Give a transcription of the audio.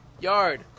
Yard